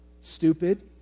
Stupid